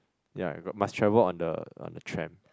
ya got must travel on the on the tram